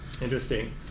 Interesting